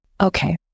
Okay